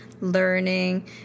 learning